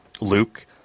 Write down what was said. Luke